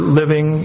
living